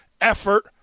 effort